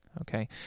okay